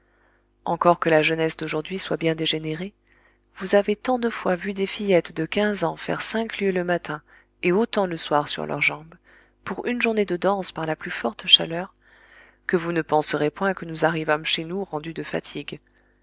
encore que la jeunesse d'aujourd'hui soit bien dégénérée vous avez tant de fois vu des fillettes de quinze ans faire cinq lieues le matin et autant le soir sur leurs jambes pour une journée de danse par la plus forte chaleur que vous ne penserez point que nous arrivâmes chez nous rendus de fatigue